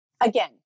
again